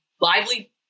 Lively